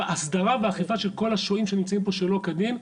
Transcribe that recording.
והסדרה ואכיפה של כל השוהים שנמצאים פה שלא כדין.